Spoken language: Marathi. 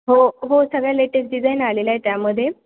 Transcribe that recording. हो हो सगळ्या लेटेस्ट डिझाईन आलेल्या आहे त्यामध्ये